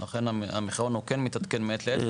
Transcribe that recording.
לכן המחירון הוא כן מתעדכן מעת לעת,